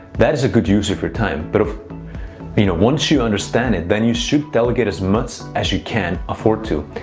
that is a good use of your time. but i mean once you understand it, then you should delegate as much as you can afford to.